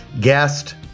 guest